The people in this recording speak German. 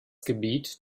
gebiet